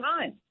time